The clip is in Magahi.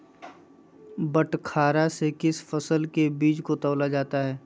बटखरा से किस फसल के बीज को तौला जाता है?